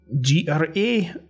G-R-A